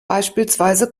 beispielsweise